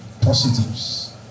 Positives